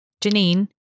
Janine